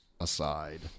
aside